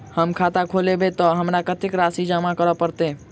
हम खाता खोलेबै तऽ हमरा कत्तेक राशि जमा करऽ पड़त?